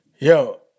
Yo